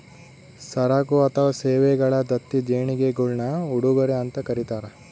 ಸರಕು ಅಥವಾ ಸೇವೆಗಳ ದತ್ತಿ ದೇಣಿಗೆಗುಳ್ನ ಉಡುಗೊರೆ ಅಂತ ಕರೀತಾರ